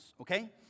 okay